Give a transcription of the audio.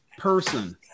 Person